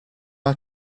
our